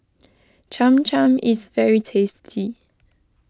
Cham Cham is very tasty